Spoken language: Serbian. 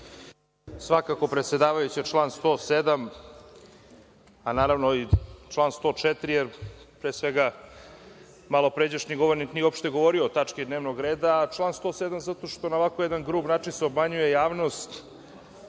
Svakako, predsedavajuća, član 107, a naravno i član 104, jer, pre svega, malopređašnji govornik nije uopšte govorio o tački dnevnog reda. Član 107. zato što se na ovako jedan grub način obmanjuje javnost